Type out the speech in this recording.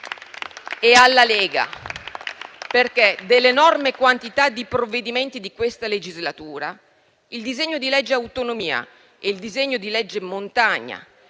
e alla Lega, perché nell'enorme quantità di provvedimenti di questa legislatura, il disegno di legge autonomia e il disegno di legge montagna,